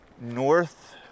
north